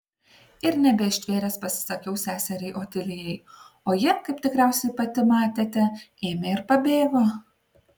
ir nebeištvėręs pasisakiau seseriai otilijai o ji kaip tikriausiai pati matėte ėmė ir pabėgo